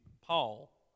Paul